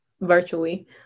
virtually